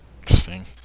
Interesting